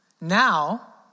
Now